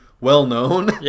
well-known